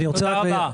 תודה רבה.